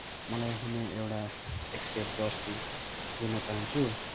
मलाई हुने एउटा एक सेट जर्सी लिन चाहन्छु